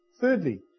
Thirdly